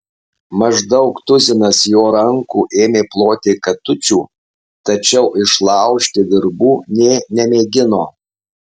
maždaug tuzinas jo rankų ėmė ploti katučių tačiau išlaužti virbų nė nemėgino